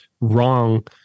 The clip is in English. wrong